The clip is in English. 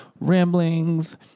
ramblings